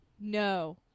no